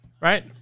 right